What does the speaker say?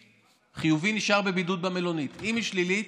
חיובי נשאר בבידוד במלונית, אם היא שלילית,